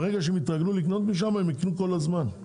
ברגע שהם יתרגלו לקנות משם, הם יקנו כל הזמן.